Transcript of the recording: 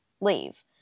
leave